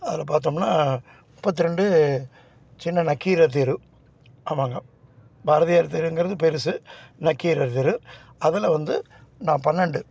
அதில் பார்த்தோம்னா முப்பத்திரெண்டு சின்ன நக்கீரர் தெரு ஆமாங்க பாரதியார் தெருங்கிறது பெருசு நக்கீரர் தெரு அதில் வந்து நான் பன்னெண்டு